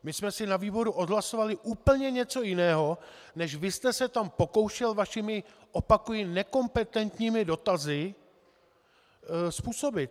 My jsme si na výboru odhlasovali úplně něco jiného, než vy jste se tam pokoušel vašimi nekompetentními dotazy způsobit.